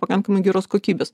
pakankamai geros kokybės